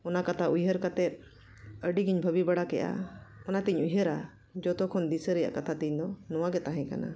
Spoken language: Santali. ᱚᱱᱟ ᱠᱟᱛᱷᱟ ᱩᱭᱦᱟᱹᱨ ᱠᱟᱛᱮᱫ ᱟᱹᱰᱤᱜᱤᱧ ᱵᱷᱟᱹᱵᱤ ᱵᱟᱲᱟ ᱠᱮᱜᱼᱟ ᱚᱱᱟᱛᱤᱧ ᱩᱭᱦᱟᱹᱨᱟ ᱡᱷᱚᱛᱚ ᱠᱷᱚᱱ ᱫᱤᱥᱟᱹ ᱨᱮᱱᱟᱜ ᱠᱟᱛᱷᱟ ᱛᱤᱧ ᱫᱚ ᱱᱚᱣᱟᱜᱮ ᱛᱟᱦᱮᱸ ᱠᱟᱱᱟ